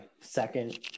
second